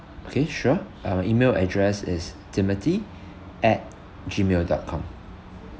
okay sure uh email address is timothy at gmail dot com